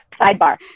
sidebar